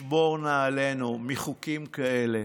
שמור נא עלינו מחוקים כאלה,